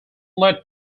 let